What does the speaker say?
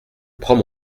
prends